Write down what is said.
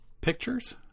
Pictures